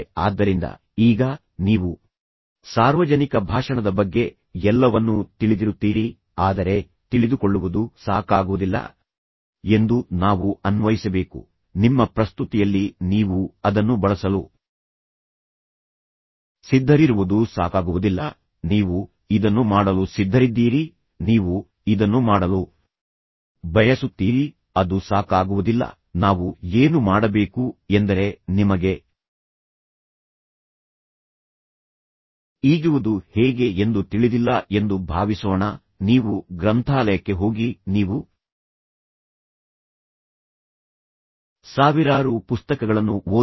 ಆದ್ದರಿಂದ ಈಗ ನೀವು ಸಾರ್ವಜನಿಕ ಭಾಷಣದ ಬಗ್ಗೆ ಎಲ್ಲವನ್ನೂ ತಿಳಿದಿರುತ್ತೀರಿ ಆದರೆ ತಿಳಿದುಕೊಳ್ಳುವುದು ಸಾಕಾಗುವುದಿಲ್ಲ ಎಂದು ನಾವು ಅನ್ವಯಿಸಬೇಕು ನಿಮ್ಮ ಪ್ರಸ್ತುತಿಯಲ್ಲಿ ನೀವು ಅದನ್ನು ಬಳಸಲು ಸಿದ್ಧರಿರುವುದು ಸಾಕಾಗುವುದಿಲ್ಲ ನೀವು ಇದನ್ನು ಮಾಡಲು ಸಿದ್ಧರಿದ್ದೀರಿ ನೀವು ಇದನ್ನು ಮಾಡಲು ಬಯಸುತ್ತೀರಿ ಅದು ಸಾಕಾಗುವುದಿಲ್ಲ ನಾವು ಏನು ಮಾಡಬೇಕು ಎಂದರೆ ನಿಮಗೆ ಈಜುವುದು ಹೇಗೆ ಎಂದು ತಿಳಿದಿಲ್ಲ ಎಂದು ಭಾವಿಸೋಣ ನೀವು ಗ್ರಂಥಾಲಯಕ್ಕೆ ಹೋಗಿ ನೀವು ಸಾವಿರಾರು ಪುಸ್ತಕಗಳನ್ನು ಓದಿರಿ